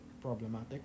problematic